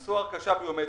עשו הרכשה ביומטרית,